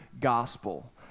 Gospel